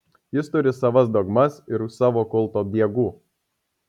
jis turi savas dogmas ir savo kulto diegų